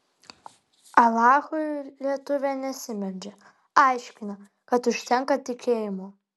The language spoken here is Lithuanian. alachui lietuvė nesimeldžia aiškina kad užtenka tikėjimo